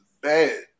bad